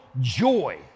joy